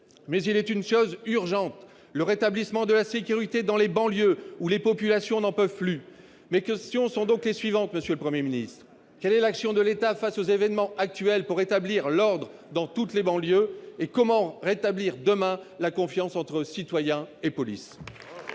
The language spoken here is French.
Mais il est une chose urgente : le rétablissement de la sécurité dans les banlieues, où les populations n'en peuvent plus. Mes questions sont donc les suivantes : quelle est l'action de l'État face aux événements actuels pour rétablir l'ordre dans toutes les banlieues ? Comment rétablir demain la confiance entre citoyens et police ?